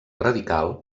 radical